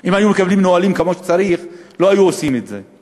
אם הם היו מקבלים נהלים כמו שצריך הם לא היו עושים את זה.